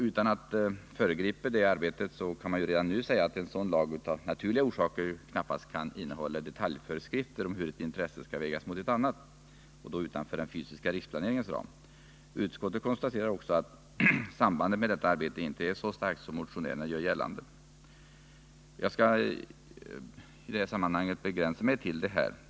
Utan att föregripa detta arbete kan man redan nu säga att en sådan lag, av naturliga orsaker, knappast kan innehålla detaljföreskrifter om hur ett intresse skall vägas mot ett annat, vilket ligger utanför den fysiska riksplaneringens ram. Utskottet konstaterar också att sambandet med detta arbete inte är så starkt som motionärerna gör gällande. Jag skalli det här sammanhanget begränsa mig till detta.